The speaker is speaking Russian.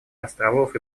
островов